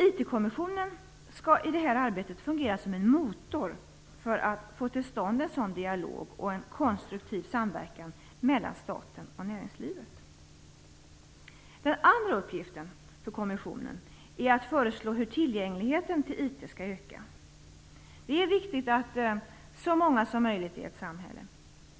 IT kommissionen skall i detta arbete fungera som en motor för att få till stånd en sådan dialog och en konstruktiv samverkan mellan staten och näringslivet. Den andra uppgiften för kommissionen är att föreslå hur tillgängligheten skall öka. Det är viktigt att så många som möjligt i ett samhälle